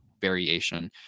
variation